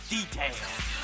details